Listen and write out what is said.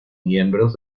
miembros